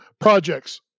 projects